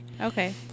Okay